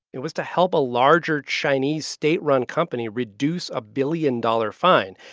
it was to help a larger chinese state-run company reduce a billion dollar fine,